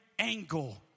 angle